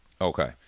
Okay